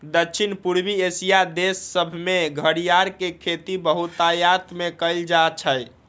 दक्षिण पूर्वी एशिया देश सभमें घरियार के खेती बहुतायत में कएल जाइ छइ